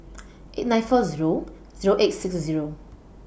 eight nine four Zero Zero eight six Zero